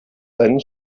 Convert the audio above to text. seinen